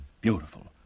Beautiful